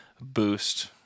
boost